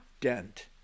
dent